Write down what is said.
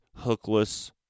hookless